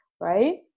right